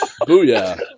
Booyah